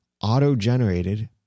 auto-generated